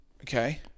Okay